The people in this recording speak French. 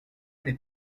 n’est